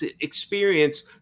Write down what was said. experience